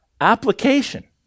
application